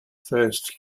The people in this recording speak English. first